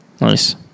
Nice